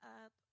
up